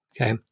Okay